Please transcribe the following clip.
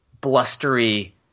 Blustery